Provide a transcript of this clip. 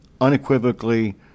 unequivocally